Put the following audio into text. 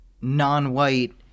non-white